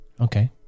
Okay